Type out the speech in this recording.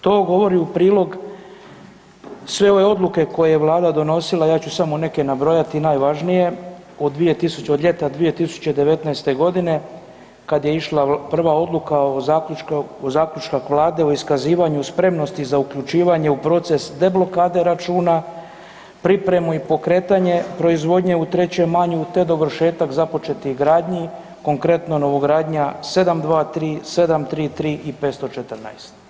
To govori u prilog sve ove odluke koje je Vlada donosila, ja ću samo neke nabrojati najvažnije, od ljeta 2019. g. kad je išla prva odluka zaključka Vlade o iskazivanju spremnost za uključivanje u proces deblokade računa, pripremu i pokretanje proizvodnje u Trećem maju te dovršetak započetih gradnji, konkretno novogradnja 723, 733 i 514.